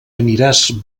aniràs